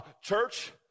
Church